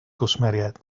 gwsmeriaid